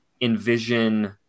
envision